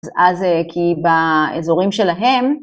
אז כי באזורים שלהם...